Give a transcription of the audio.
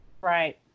Right